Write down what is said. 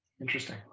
Interesting